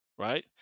Right